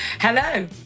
Hello